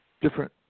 different